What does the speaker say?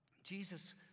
Jesus